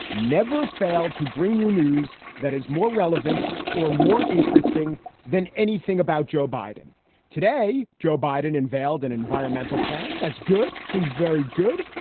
never failed to bring you news that is more relevant or more interesting than anything about joe biden today. joe biden unveiled an environmental plan. that's good. seems very good.